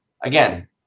Again